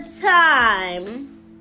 time